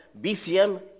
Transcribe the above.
BCM